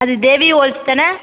அது தேவி ஹோல்ஸ் தானே